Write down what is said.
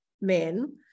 men